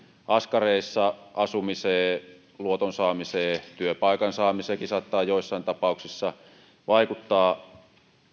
askareissa asumiseen luoton saamiseen työpaikan saamiseenkin saattaa joissain tapauksissa vaikuttaa